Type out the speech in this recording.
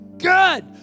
Good